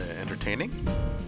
entertaining